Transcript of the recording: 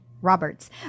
Roberts